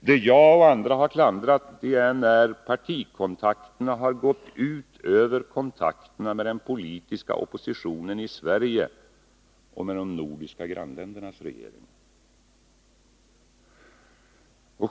Det jag och andra har klandrat är när partikontakterna har gått ut över kontakterna med den politiska oppositio nen i Sverige och med de nordiska grannländernas regeringar.